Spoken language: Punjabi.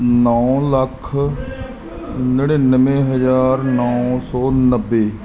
ਨੌਂ ਲੱਖ ਨੜਿਨਵੇਂ ਹਜ਼ਾਰ ਨੌਂ ਸੌ ਨੱਬੇ